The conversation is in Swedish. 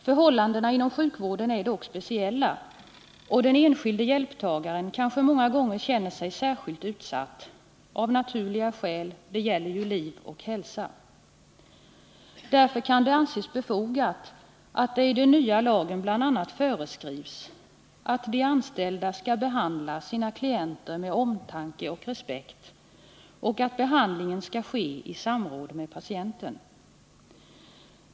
Förhållandena inom sjukvården är dock speciella, och den enskilde hjälptagaren kanske många gånger känner sig särskilt utsatt — av naturliga skäl; det gäller ju liv och hälsa. Därför kan det anses befogat att det i den nya lagen bl.a. föreskrivs att de anställda skall behandla sina klienter med omtanke och respekt och att behandlingen skall ske i samråd med patienten.